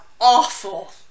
awful